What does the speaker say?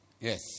Yes